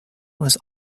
was